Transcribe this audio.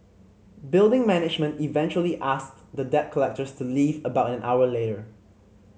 building management eventually asked the debt collectors to leave about an hour later